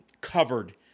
covered